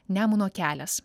nemuno kelias